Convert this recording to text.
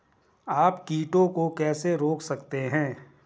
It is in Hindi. आप कीटों को कैसे रोक सकते हैं?